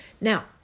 Now